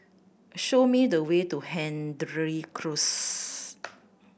show me the way to Hendry Close